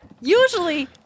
usually